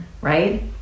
right